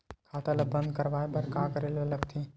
खाता ला बंद करवाय बार का करे ला लगथे?